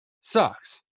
sucks